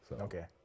Okay